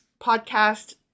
podcast